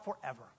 forever